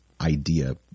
idea